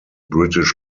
british